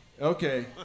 Okay